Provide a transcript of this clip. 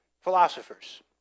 philosophers